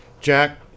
Jack